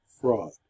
fraud